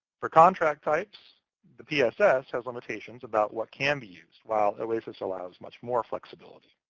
for contract types the pss has limitations about what can be used while oasis allows much more flexibility.